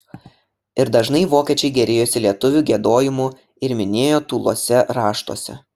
ir dažnai vokiečiai gėrėjosi lietuvių giedojimu ir minėjo tūluose raštuose